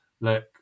look